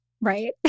right